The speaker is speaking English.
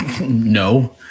No